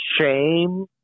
shame